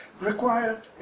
required